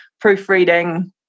proofreading